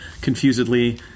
confusedly